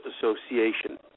Association